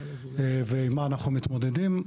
ועם מה אנחנו מתמודדים.